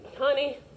honey